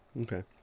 okay